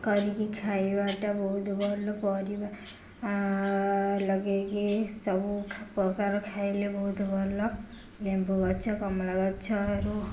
କରିକି ଖାଇବାଟା ବହୁତ ଭଲ ପରିବା ଲଗାଇକି ସବୁପ୍ରକାର ଖାଇଲେ ବହୁତ ଭଲ ଲେମ୍ବୁ ଗଛ କମଳା ଗଛରୁ